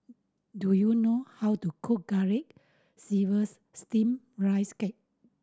do you know how to cook Garlic Chives Steamed Rice Cake